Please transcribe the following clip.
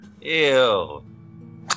Ew